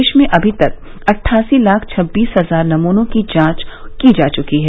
देश में अमी तक अट्ठासी लाख छब्बीस हजार नमूनों की जांच की जा चुकी है